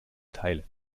teile